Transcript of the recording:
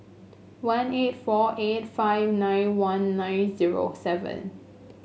one eight four eight five nine one nine zero seven